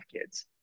kids